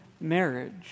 marriage